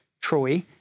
Troy